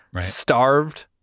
starved